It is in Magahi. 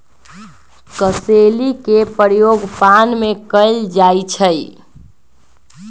कसेली के प्रयोग पान में कएल जाइ छइ